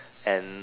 and